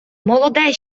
молоде